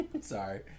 sorry